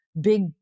big